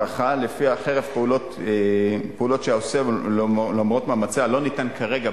הערכה ולפיה חרף פעולות שהיא עושה ולמרות מאמציה לא ניתן כרגע,